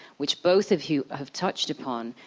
which both of you have touched upon,